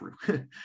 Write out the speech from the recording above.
true